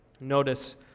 Notice